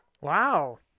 Wow